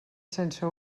sense